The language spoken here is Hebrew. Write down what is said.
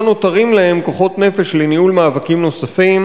לא נותרים להן כוחות נפש לניהול מאבקים נוספים,